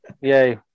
yay